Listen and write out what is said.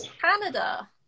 Canada